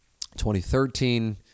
2013